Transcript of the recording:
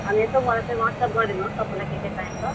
हमेसा मलाई चाहिँ वाट्सएप गरिदिनुहोस् तपाईँलाई के के चाहिन्छ